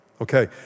Okay